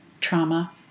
trauma